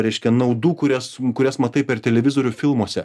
reiškia naudų kurias kurias matai per televizorių filmuose